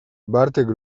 bartek